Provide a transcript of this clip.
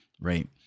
right